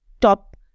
top